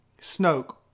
Snoke